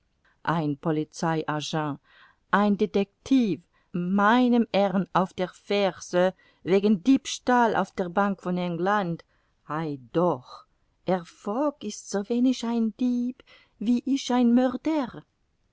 ein polizei agent ein detectiv meinem herrn auf der ferse wegen diebstahl auf der bank von england ei doch herr fogg ist so wenig ein dieb wie ich ein mörder